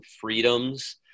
freedoms